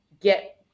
get